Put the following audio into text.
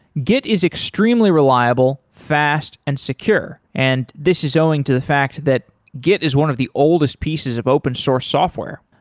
git is extremely reliable, fast and secure and this is owing to the fact that git is one of the oldest pieces of open-source software,